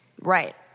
Right